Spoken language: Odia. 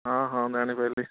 ହଁ ହଁ ଜାଣିପାରିଲି